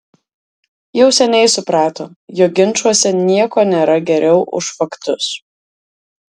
jau seniai suprato jog ginčuose nieko nėra geriau už faktus